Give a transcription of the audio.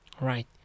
Right